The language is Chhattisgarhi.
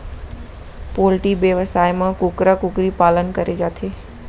पोल्टी बेवसाय म कुकरा कुकरी पालन करे जाथे